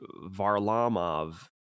Varlamov